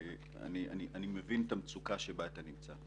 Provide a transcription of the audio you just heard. אני מבין את המצוקה בה אתה נמצא.